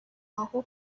aho